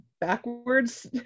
backwards